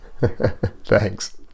Thanks